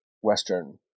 Western